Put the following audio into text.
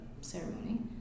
ceremony